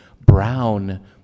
brown